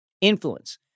influence